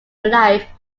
life